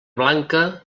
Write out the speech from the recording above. blanca